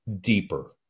deeper